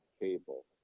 cable